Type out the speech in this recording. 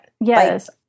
yes